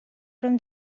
from